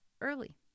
early